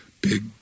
big